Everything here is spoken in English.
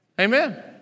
Amen